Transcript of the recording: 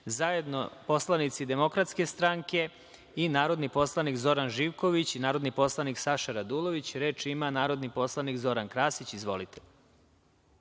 zajedno poslanici DS i narodni poslanik Zoran Živković i narodni poslanik Saša Radulović. Reč ima narodni poslanik Zoran Krasić. Izvolite.